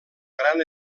gran